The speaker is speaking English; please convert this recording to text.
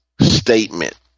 statement